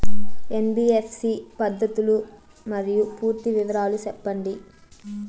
NBFC పద్ధతులు మరియు పూర్తి వివరాలు సెప్పండి?